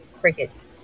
Crickets